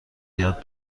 یاد